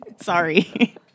Sorry